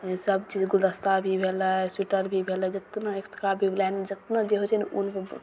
सभचीज गुलदस्ता भी भेलय स्वेटर भी भेलय जेतना इसका भी लाइनमे जेतना जे होइ छै ने ऊन